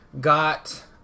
got